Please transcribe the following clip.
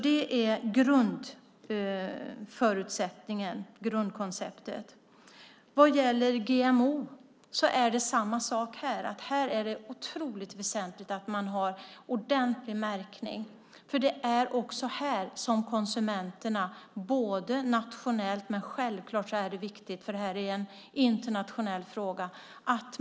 Det är grundförutsättningen och grundkonceptet. Det är samma sak med GMO. Här är det otroligt väsentligt att man har ordentlig märkning. Det är också här som det handlar om konsumenterna - nationellt, men det här är också en viktig internationell fråga.